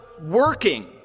working